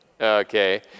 okay